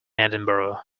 edinburgh